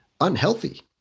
unhealthy